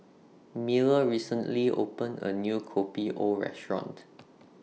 Miller recently opened A New Kopi O Restaurant